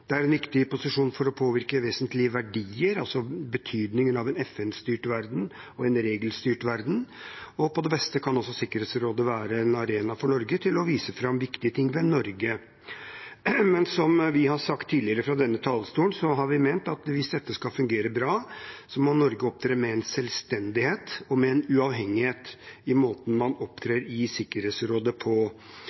og en regelstyrt verden, og på det beste kan også Sikkerhetsrådet være en arena for Norge til å vise fram viktige ting ved Norge. Men som vi har sagt tidligere fra denne talerstolen, har vi ment at hvis dette skal fungere bra, må Norge ha en selvstendighet og en uavhengighet i måten man opptrer i Sikkerhetsrådet på.